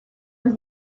los